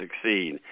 succeed